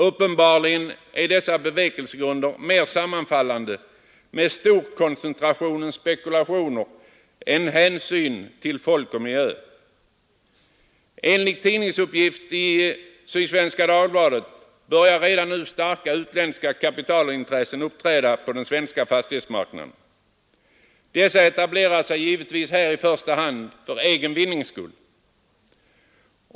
Uppenbarligen är dessa bevekelsegrunder mera sammanfallande med storkoncentrationens spekulationer än hänsyn till folk och miljö. Enligt tidningsuppgifter i Sydsvenska Dagbladet börjar redan nu starka utländska kapitalintressen uppträda på den svenska fastighetsmarknaden. Dessa etablerar sig givetvis här i första hand för egen vinnings skull.